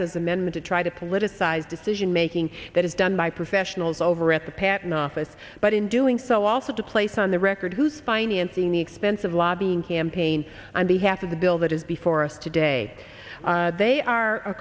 es amendment to try to politicize decision making that is done by professionals over at the patent office but in doing so also to place on the record who's financing the expensive lobbying campaign on behalf of the bill that is before us today they are a